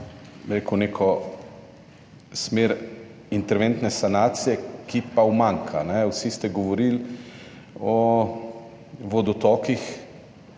neko smer interventne sanacije, ki pa umanjka. Vsi ste govorili o vodotokih